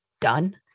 done